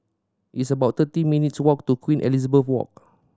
it's about thirty minutes' walk to Queen Elizabeth Walk